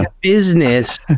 business